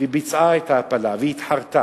והיא ביצעה את ההפלה והתחרטה.